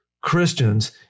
christians